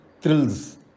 thrills